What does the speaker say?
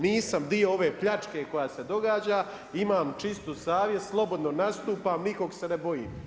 Nisam dio ove pljačke koja se događa, imam čistu savjest, slobodno nastupan, nikog se ne bojim.